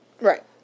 Right